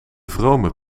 vrome